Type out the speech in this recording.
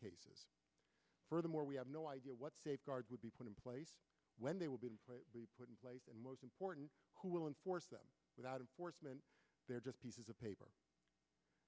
cases furthermore we have no idea what safeguards would be put in place when they will be put in place and most important who will enforce them without a horseman they're just pieces of paper